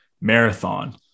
marathon